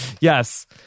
Yes